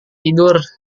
tidur